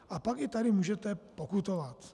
A pak i tady můžete pokutovat.